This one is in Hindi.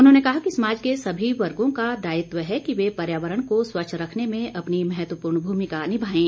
उन्होंने कहा कि समाज के सभी वर्गो का दायित्व है कि वे पर्यावरण को स्वच्छ रखने में अपनी महत्वपूर्ण भूमिका निभाएं